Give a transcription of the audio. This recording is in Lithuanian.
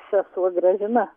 sesuo gražina